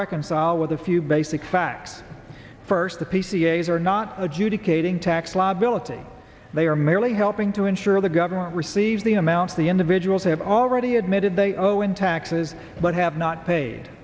reconcile with a few basic facts first the p c s are not adjudicating tax liability they are merely helping to ensure the government receives the amounts the individuals have already admitted they owe in taxes but have not paid